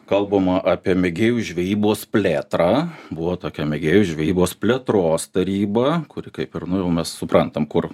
kalbama apie mėgėjų žvejybos plėtrą buvo tokia mėgėjų žvejybos plėtros taryba kuri kaip ir nu jau mes suprantame kur